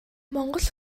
монгол